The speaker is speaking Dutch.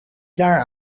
jaar